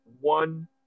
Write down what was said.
one